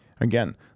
Again